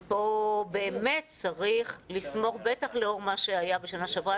ופה באמת צריך לסמוך בטח לאור מה שהיה בשנה שעברה